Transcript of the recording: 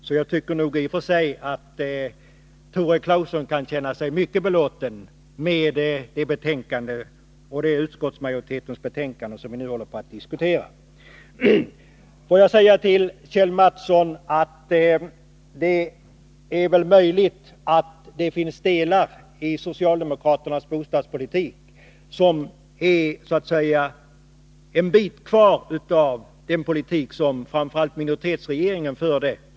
Så jag tycker nog i och för sig att Tore Claeson kan känna sig mycket belåten med det utskottsmajoritetens betänkande som vi nu håller på att diskutera. Låt mig säga till Kjell Mattsson att det väl är möjligt att det i socialdemokraternas bostadspolitik finns så att säga en bit kvar av den politik som framför allt center-folkpartiregeringen förde.